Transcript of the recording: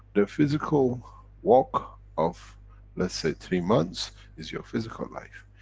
the physical walk of let's say three months is your physical life.